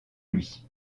lui